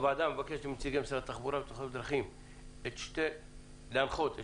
הוועדה מבקשת מנציגי משרד התחבורה והבטיחות בדרכים להנחות את